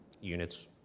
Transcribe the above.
units